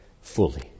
fully